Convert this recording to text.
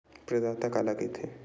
प्रदाता काला कइथे?